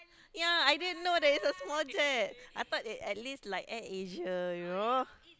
ya I didn't know that it's a small jet I thought it's at least like Air Asia you know